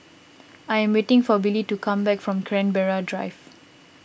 I am waiting for Billy to come back from Canberra Drive